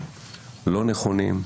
לא נכונים,